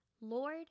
Lord